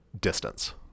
distance